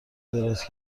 دراز